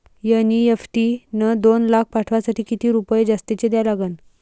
NEFT न दोन लाख पाठवासाठी किती रुपये जास्तचे द्या लागन?